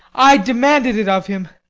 i demanded it of him.